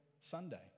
Sunday